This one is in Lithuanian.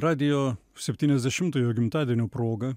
radijo septyniasdešimtojo gimtadienio proga